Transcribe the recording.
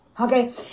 Okay